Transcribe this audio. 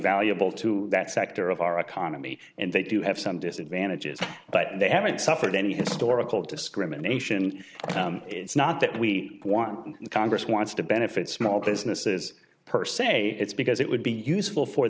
valuable to that sector of our economy and they do have some disadvantages but they haven't suffered any historical discrimination it's not that we want the congress wants to benefit small businesses per se it's because it would be useful for